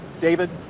David